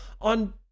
on